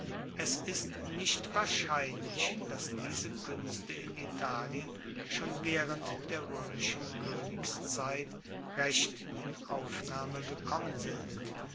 es ist nicht wahrscheinlich dass diese kuenste in italien schon waehrend der roemischen koenigszeit recht in aufnahme gekommen sind